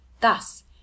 Thus